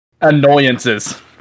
annoyances